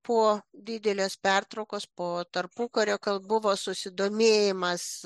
po didelės pertraukos po tarpukario kol buvo susidomėjimas